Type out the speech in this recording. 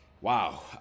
Wow